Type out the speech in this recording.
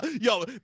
Yo